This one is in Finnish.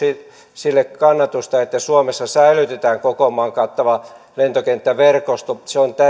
sille kannatusta että suomessa säilytetään koko maan kattava lentokenttäverkosto se on